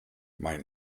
mein